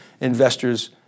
investors